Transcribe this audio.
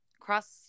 cross